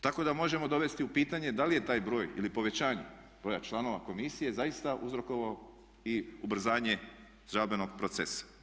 Tako da možemo dovesti u pitanje da li je taj broj ili povećanje broja članova komisije zaista uzrokovao i ubrzanje žalbenog procesa?